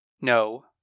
No